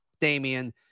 Damian